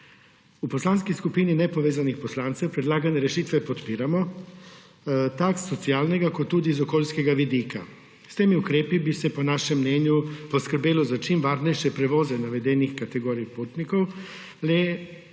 V Poslanski skupini nepovezanih poslancev predlagane rešitve podpiramo tako s socialnega kot tudi okoljskega vidika. S temi ukrepi bi se po našem mnenju poskrbelo za čim varnejše prevoze navedenih kategorij potnikov,